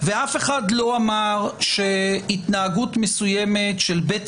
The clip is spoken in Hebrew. ואף אחד לא אמר שהתנהגות מסוימת של בית